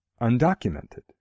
undocumented